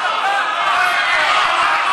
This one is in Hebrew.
איסור שימוש במערכת כריזה בבתי-תפילה),